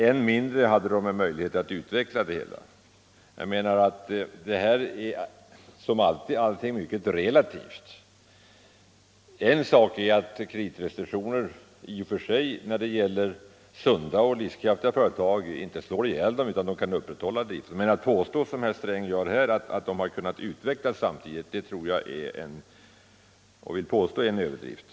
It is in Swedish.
Än mindre hade de möjlighet att utveckla sin verksamhet. Ett kreditstopp kan få olika verkningar. När det gäller sunda och livskraftiga företag behöver kreditrestriktioner inte leda till att verksamheten läggs ner utan de kan upprätthålla driften. Men att påstå, som herr Sträng gör, att de samtidigt kunnat utvecklas vill jag beteckna som en överdrift.